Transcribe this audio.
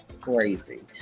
crazy